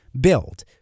build